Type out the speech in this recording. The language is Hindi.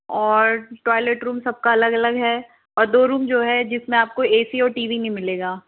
और टॉयलेट रूम सबका अलग अलग है और दो रूम जो है जिसमें आपको ए सी और टी वी नहीं मिलेगा